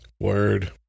Word